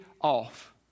off